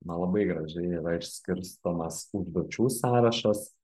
na labai gražiai išskirstomas užduočių sąrašas